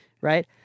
Right